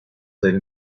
del